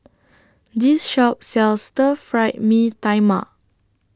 This Shop sells Stir Fried Mee Tai Mak